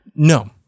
No